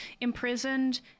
imprisoned